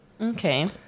Okay